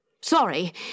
Sorry